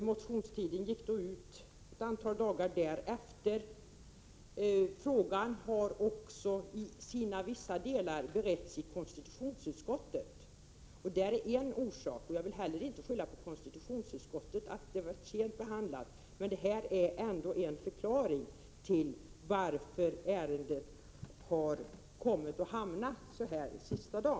Motionstiden gick ut ett antal dagar därefter. Frågan har också i vissa delar beretts i konstitutionsutskottet, och det är en orsak till fördröjningen. Jag vill inte lägga någon skuld på konstitutionsutskottet för ärendets sena behandling, men här finns ändå en förklaring till att ärendet har kommit att behandlas på sessionens sista dag.